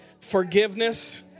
forgiveness